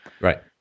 right